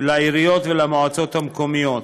לעיריות ולמועצות המקומיות.